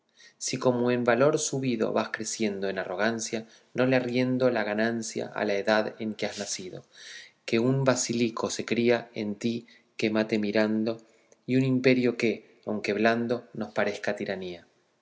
si como en valor subido vas creciendo en arrogancia no le arriendo la ganancia a la edad en que has nacido que un basilisco se cría en ti que mate mirando y un imperio que aunque blando nos parezca tiranía